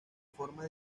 forma